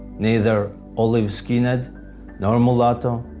neither olive skinned nor mulatto,